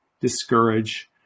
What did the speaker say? discourage